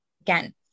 again